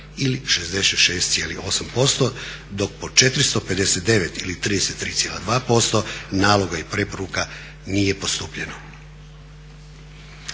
ili 66,8% dok po 459 ili 33,2% naloga i preporuka nije postupljeno.